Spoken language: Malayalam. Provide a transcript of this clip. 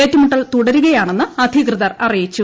ഏറ്റുമുട്ടൽ തുടരുകയാണെന്ന് അധികൃതർ അറിയിച്ചു